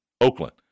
Oakland